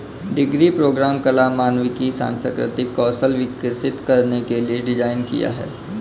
degree programme कला, मानविकी, सांस्कृतिक कौशल विकसित करने के लिए डिज़ाइन किया है